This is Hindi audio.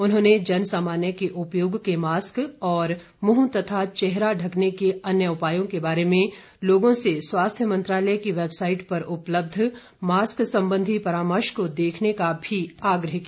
उन्होंने जन सामान्य के उपयोग के मास्क और मुंह तथा चेहरा ढकने के अन्य उपायों के बारे में लोगों से स्वास्थ्य मंत्रालय की वेबसाइट पर उपलब्ध मास्क संबंधी परामर्श को देखने का भी आग्रह किया